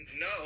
No